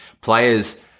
players